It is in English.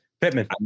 Pittman